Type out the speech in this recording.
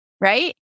right